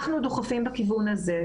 אנחנו דוחפים בכיוון הזה.